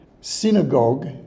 synagogue